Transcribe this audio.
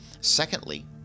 Secondly